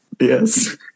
Yes